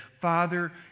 Father